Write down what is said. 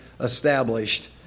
established